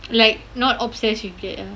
like not obsessesed with that ah